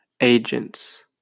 agents